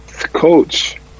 coach